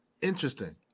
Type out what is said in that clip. interesting